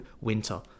winter